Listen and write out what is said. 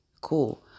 Cool